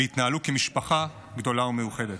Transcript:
והם התנהלו כמשפחה גדולה ומאוחדת,